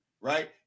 right